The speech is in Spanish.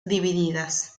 divididas